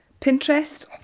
Pinterest